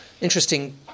interesting